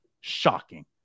shocking